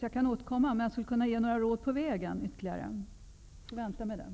Jag skulle kunna ge ytterligare några råd på vägen, men jag får återkomma.